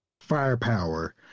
firepower